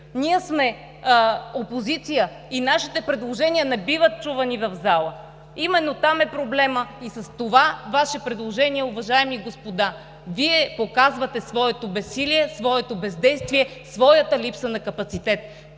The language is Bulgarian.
Ние сме опозиция и нашите предложения не биват чувани в залата. Именно там е проблемът. С това Ваше предложение, уважаеми господа, Вие показвате своето безсилие, своето бездействие, своята липса на капацитет.